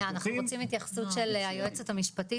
אנחנו רוצים התייחסות של היועצת המשפטית,